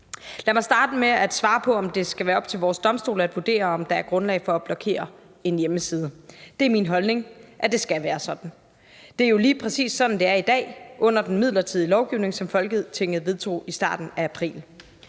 Lad mig starte med at svare på, om det skal være op til vores domstole at vurdere, om der er grundlag for at blokere en hjemmeside: Det er min holdning, at det skal være sådan. Det er jo lige præcis sådan, det er i dag under den midlertidige lovgivning, som Folketinget vedtog i starten af april.